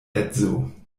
edzo